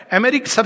America